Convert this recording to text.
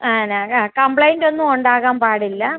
ന കംപ്ലെയിൻറ് ഒന്നും ഉണ്ടാകാൻ പാടില്ല